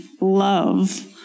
love